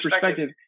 perspective